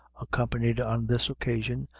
accompanied, on this occasion,